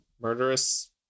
murderous